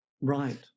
right